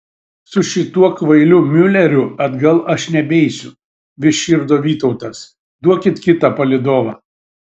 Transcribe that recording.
su šituo kvailiu miuleriu atgal aš nebeisiu vis širdo vytautas duokit kitą palydovą